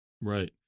Right